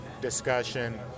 discussion